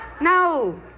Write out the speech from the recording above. No